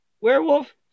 werewolf